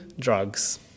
drugs